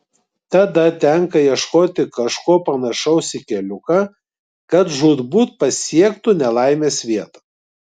tada tenka ieškoti kažko panašaus į keliuką kad žūtbūt pasiektų nelaimės vietą